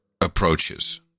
approaches